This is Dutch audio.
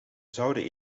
zouden